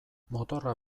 motorra